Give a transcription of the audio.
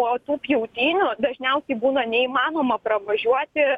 po tų pjautynių dažniausiai būna neįmanoma pravažiuoti